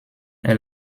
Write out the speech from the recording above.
est